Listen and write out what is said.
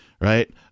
right